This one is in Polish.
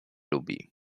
lubi